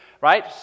right